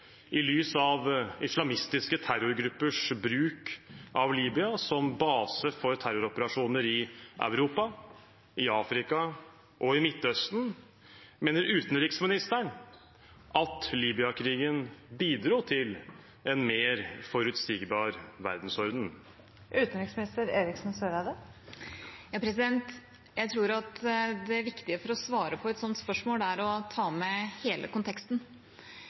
i Libya, i lys av islamistiske terrorgruppers bruk av Libya som base for terroroperasjoner i Europa, i Afrika og i Midtøsten: Mener utenriksministeren at Libya-krigen bidro til en mer forutsigbar verdensorden? Jeg tror at det viktige for å svare på et sånt spørsmål er å ta med hele konteksten.